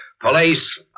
Police